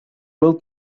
wilt